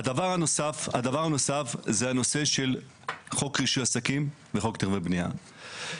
דבר נוסף זה נושא חוק רישוי עסקים חוק תכנון ובנייה.